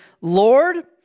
Lord